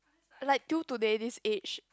like till today this age